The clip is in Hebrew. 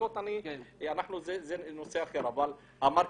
הפליטות זה נושא אחר, אני מדבר על המרכיבים.